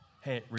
hey